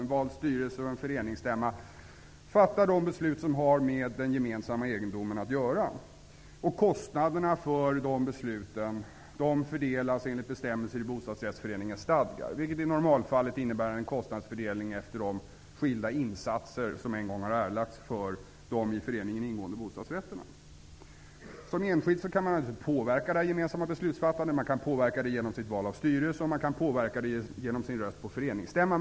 En vald styrelse och en föreningsstämma fattar de beslut som har med den gemensamma egendomen att göra. Kostnaderna för besluten fördelas enligt bestämmelser i bostadsrättsföreningens stadgar, vilket i normalfallet innebär en kostnadsfördelning efter de skilda insatser som en gång har erlagts för de i föreningen ingående bostadsrätterna. Som enskild kan man naturligtvis påverka det gemensamma beslutsfattandet. Man kan göra det genom sitt val av styrelse, och man kan göra det genom sin röst på föreningsstämman.